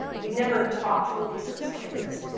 we'd never talked to a research scientist.